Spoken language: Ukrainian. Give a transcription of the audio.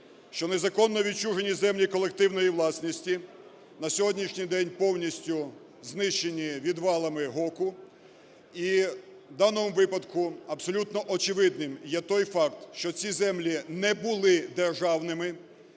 що незаконно відчужені землі колективної власності на сьогоднішній день повністю знищені відвалами ГОКу. І в даному випадку абсолютно очевидним є той факт, що ці землі не були державними,